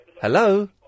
hello